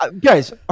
Guys